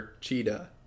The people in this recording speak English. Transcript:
cheetah